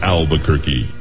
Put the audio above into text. Albuquerque